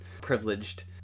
privileged